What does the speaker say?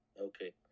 Okay